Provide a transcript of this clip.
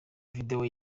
video